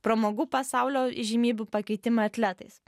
pramogų pasaulio įžymybių pakeitimą atletais